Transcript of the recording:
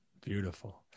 beautiful